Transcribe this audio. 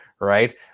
right